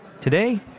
today